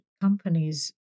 companies